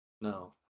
No